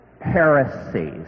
heresies